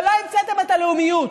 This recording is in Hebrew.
ולא המצאתם את הלאומיות.